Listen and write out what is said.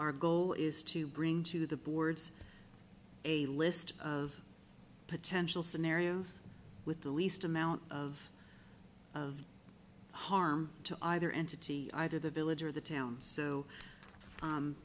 our goal is to bring to the boards a list of potential scenarios with the least amount of of harm to either entity either the village or the town so